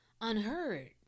unheard